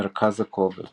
מרכז הכובד